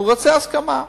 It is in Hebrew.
הוא רוצה הסכמה,